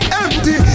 empty